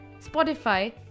Spotify